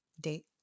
date